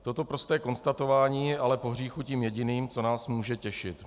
Toto prosté konstatování je ale pohříchu tím jediným, co nás může těšit.